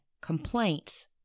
complaints